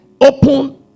open